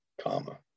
comma